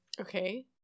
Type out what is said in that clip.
Okay